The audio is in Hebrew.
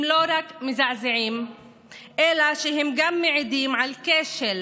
הם לא רק מזעזעים אלא הם גם מעידים על כשל